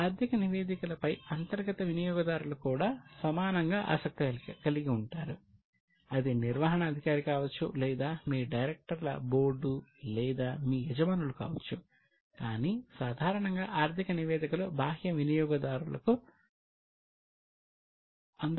ఆ ఆర్థిక నివేదికలపై అంతర్గత వినియోగదారులు కూడా సమానంగా ఆసక్తి కలిగి ఉంటారు అది నిర్వహణ అధికారి కావచ్చు లేదా మీ డైరెక్టర్ల బోర్డు లేదా మీ యజమానులు కావచ్చు కాని సాధారణంగా ఆర్థిక నివేదికలు బాహ్య వినియోగదారుకు అందుబాటులో ఉంటాయి